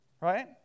Right